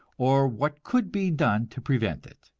or what could be done to prevent it!